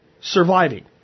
surviving